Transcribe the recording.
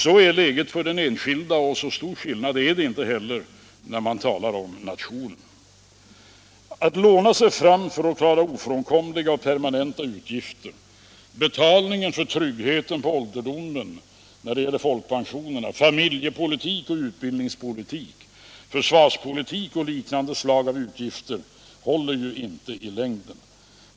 Så är läget för den enskilde, och så stor skillnad är det inte heller när man talar om en nation. Att låna sig fram för att klara ofrånkomliga och permanenta utgifter — betalningen för tryggheten på ålderdomen när det gäller folkpensionerna, familjepolitik och utbildningspolitik, försvarspolitik och liknande slag av utgifter — håller inte i längden.